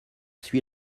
suit